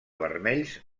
vermells